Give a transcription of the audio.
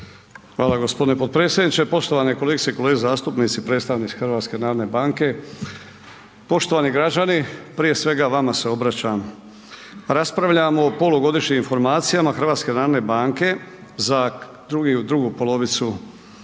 Hvala g. potpredsjedniče, poštovane kolegice i kolege zastupnici, predstavnici HNB-a, poštovani građani prije svega vama se obraćam, raspravljamo o polugodišnjim informacijama HNB-a za drugu polovicu,